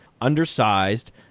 undersized